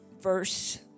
verse